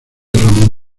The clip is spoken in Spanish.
ramón